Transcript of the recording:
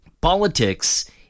politics